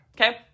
okay